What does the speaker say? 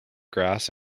grass